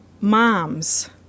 Moms